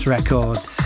Records